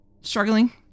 struggling